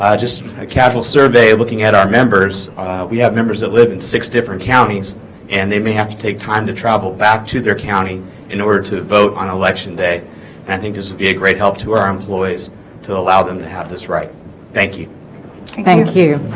just a casual survey looking at our members we have members that live in six different counties and they may have to take time to travel back to their county in order to vote on election day and i think this would be a great help to our employees to allow them to have this right thank you thank you